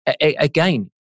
again